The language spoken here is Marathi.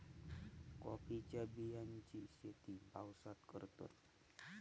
कॉफीच्या बियांची शेती पावसात करतत